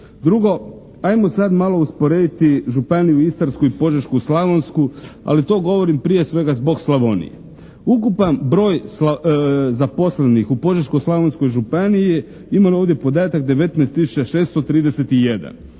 Drugo, ajmo sad malo usporediti županiju Istarsku i Požeško-slavonsku, ali to govorim prije svega zbog Slavonije. Ukupan broj zaposlenih u Požeško-slavonskoj županiji je, imam ovdje podatak 19